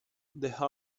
the